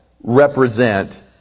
represent